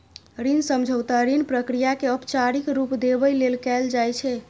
ऋण समझौता ऋण प्रक्रिया कें औपचारिक रूप देबय लेल कैल जाइ छै